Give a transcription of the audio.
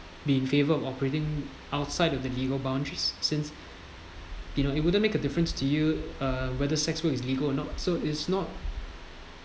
be in favor of operating outside of the legal boundaries since you know it wouldn't make a difference to you uh where the sex work is legal or not so it's not